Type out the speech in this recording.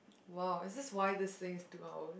!wow! is this why this thing is two hour